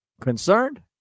Concerned